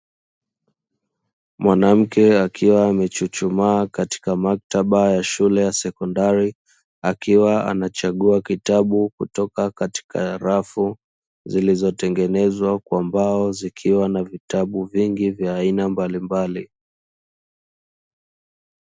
Mwanamke akiwa amechuchumaa katika maktaba ya shule ya sekondari, akiwa anachagua kitabu kutoka katika rafu zilizotengenezwa kwa mbao zikiwa na vitabu vingi vya aina mbalimbali.